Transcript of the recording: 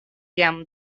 jam